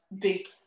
big